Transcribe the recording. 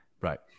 Right